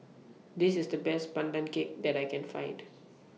This IS The Best Pandan Cake that I Can Find